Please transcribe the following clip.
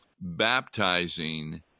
baptizing